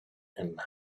and